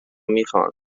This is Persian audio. میخان